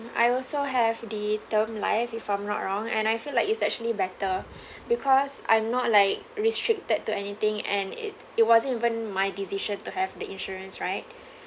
I also have the term life if I'm not wrong and I feel like it's actually better because I'm not like restricted to anything and it it wasn't even my decision to have the insurance right